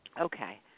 Okay